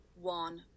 one